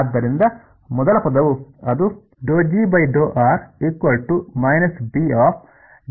ಆದ್ದರಿಂದ ಮೊದಲ ಪದವು ಅದು ಆಗಿರುತ್ತದೆ